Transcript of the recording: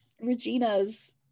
Regina's